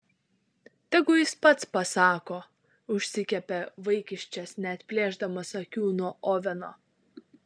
tegu jis pats pasako užsikepė vaikiščias neatplėšdamas akių nuo oveno